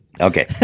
Okay